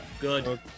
good